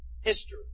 history